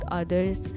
others